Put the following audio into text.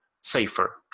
safer